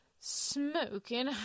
smoking